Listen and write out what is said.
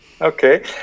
Okay